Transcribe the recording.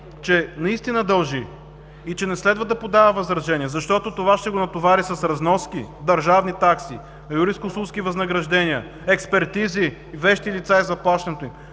че наистина дължи и че не следва да подава възражение, защото това ще го натовари с разноски – държавни такси, юрисконсултски възнаграждения, експертизи, вещи лица и заплащането им,